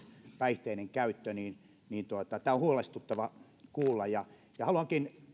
päihteiden käyttö niin tämä on huolestuttavaa kuulla haluankin